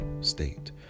state